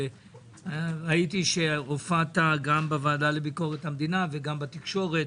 וראיתי שהופעת גם בוועדה לביקורת המדינה וגם בתקשורת.